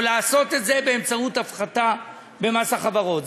או לעשות את זה באמצעות הפחתה במס החברות?